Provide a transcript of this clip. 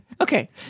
Okay